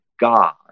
God